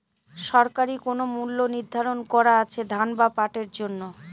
সরকারি কোন মূল্য নিধারন করা আছে ধান বা পাটের জন্য?